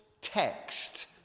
text